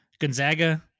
Gonzaga